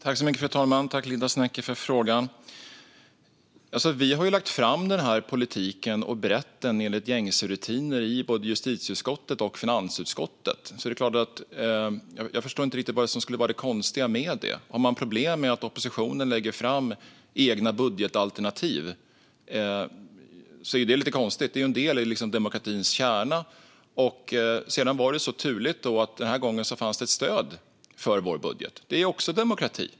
Fru talman! Tack, Linda Westerlund Snecker, för frågan! Vi har lagt fram och berett den här politiken enligt gängse rutiner i både justitieutskottet och finansutskottet. Jag förstår inte riktigt vad som skulle vara det konstiga med detta. Har man problem med att oppositionen lägger fram egna budgetalternativ? I så fall är det lite konstigt, för det är en del i demokratins kärna. Det var så turligt att det den här gången fanns ett stöd för vår budget. Det är också demokrati.